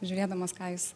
žiūrėdamas ką jis